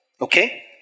Okay